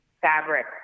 fabric